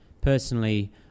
Personally